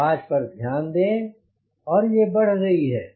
आवाज़ पर ध्यान दें और यह बढ़ गई है